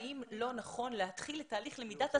האם לא נכון להתחיל את תהליך למידת השפה,